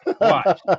Watch